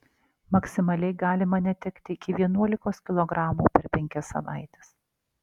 maksimaliai galima netekti iki vienuolikos kilogramų per penkias savaites